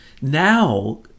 now